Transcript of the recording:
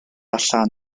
allan